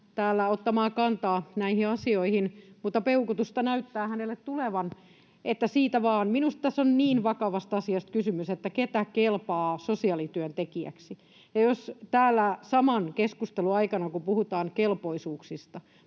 ottamaan kantaa näihin asioihin, mutta peukutusta näyttää hänelle tulevan. Että siitä vaan. Minusta tässä on niin vakavasta asiasta kysymys, siitä, kuka kelpaa sosiaalityöntekijäksi. Täällä saman keskustelun aikana, kun puhutaan kelpoisuuksista